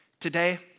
Today